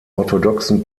orthodoxen